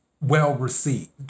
well-received